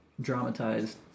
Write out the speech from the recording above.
dramatized